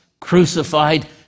crucified